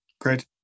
great